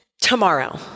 tomorrow